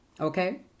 okay